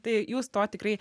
tai jūs tuo tikrai